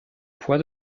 poids